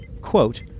quote